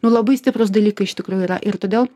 nuo labai stiprūs dalykai iš tikrųjų yra ir todėl